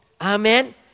Amen